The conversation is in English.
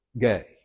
gay